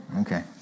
Okay